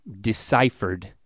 deciphered